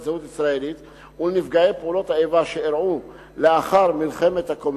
זהות ישראלית ולנפגעי פעולות איבה שאירעו לאחר מלחמת הקוממיות.